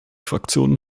fraktionen